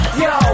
yo